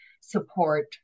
support